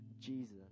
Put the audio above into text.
Jesus